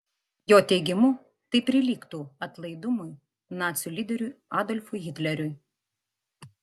jo teigimu tai prilygtų atlaidumui nacių lyderiui adolfui hitleriui